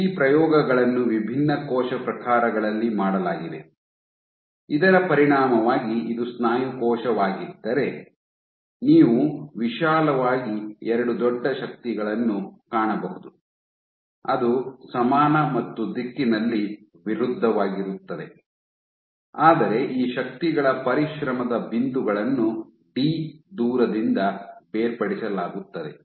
ಈ ಪ್ರಯೋಗಗಳನ್ನು ವಿಭಿನ್ನ ಕೋಶ ಪ್ರಕಾರಗಳಲ್ಲಿ ಮಾಡಲಾಗಿದೆ ಇದರ ಪರಿಣಾಮವಾಗಿ ಇದು ಸ್ನಾಯು ಕೋಶವಾಗಿದ್ದರೆ ನೀವು ವಿಶಾಲವಾಗಿ ಎರಡು ದೊಡ್ಡ ಶಕ್ತಿಗಳನ್ನು ಕಾಣಬಹುದು ಅದು ಸಮಾನ ಮತ್ತು ದಿಕ್ಕಿನಲ್ಲಿ ವಿರುದ್ಧವಾಗಿರುತ್ತದೆ ಆದರೆ ಈ ಶಕ್ತಿಗಳ ಪರಿಶ್ರಮದ ಬಿಂದುಗಳನ್ನು ಡಿ ದೂರದಿಂದ ಬೇರ್ಪಡಿಸಲಾಗುತ್ತದೆ